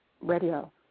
Radio